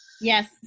Yes